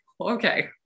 okay